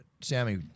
Sammy